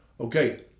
Okay